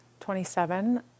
27